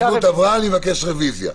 ההסתייגות עברה, אני מבקש רביזיה.